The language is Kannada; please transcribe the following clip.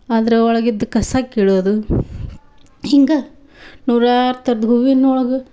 ಅದರ ಒಳಗಿದ್ದ ಕಸ ಕೀಳೋದು ಹಿಂಗೆ ನೂರಾರು ಥರ್ದ ಹೂವಿನೊಳಗೆ